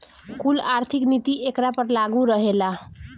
कुल आर्थिक नीति एकरा पर लागू रहेला